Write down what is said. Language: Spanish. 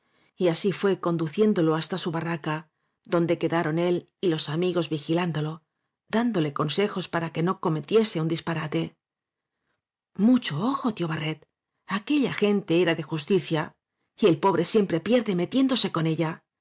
y así fué conduciéndolo hasta su barraca donde quedaron él y los amigos vigilándolo dándole consejos para que no cometiese un disparate mucho ojo tío barret aquella gente era de justicia y el pobre siempre pierde metiéndose con ella